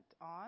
on